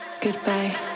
goodbye